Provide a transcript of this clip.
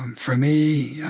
for me,